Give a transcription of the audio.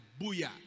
booyah